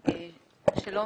שלום,